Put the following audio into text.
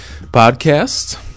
podcast